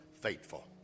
faithful